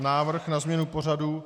Návrh na změnu pořadu.